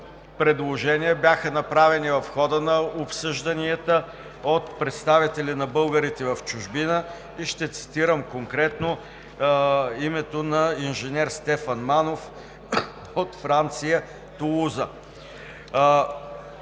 предложения бяха направени в хода на обсъжданията от представители на българите в чужбина и ще цитирам конкретно името на инженер Стефан Манов от Тулуза,